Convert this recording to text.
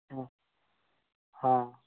ହଁ ହଁ